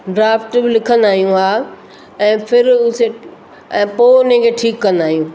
draft लिखंदा आहियूं हा ऐं फिर उसे ऐं पोइ उन खे ठीकु कंदा आहियूं